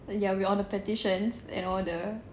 like with all the petitions and all the